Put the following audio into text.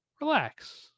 relax